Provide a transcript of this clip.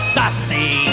dusty